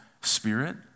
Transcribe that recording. Spirit